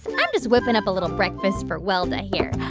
i'm just whipping up a little breakfast for welda here.